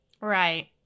Right